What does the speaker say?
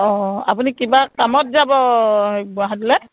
অঁ আপুনি কিবা কামত যাব গুৱাহাটীলৈ